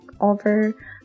over